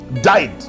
died